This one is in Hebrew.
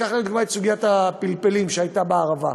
קח לדוגמה את סוגיית הפלפלים שהייתה בערבה.